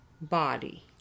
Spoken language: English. body